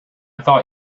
thought